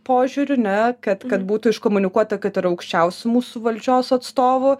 požiūriu ne kad kad būtų iškomunikuota kad yra aukščiausių mūsų valdžios atstovų